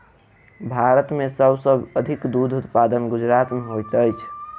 भारत में सब सॅ अधिक दूध उत्पादन गुजरात में होइत अछि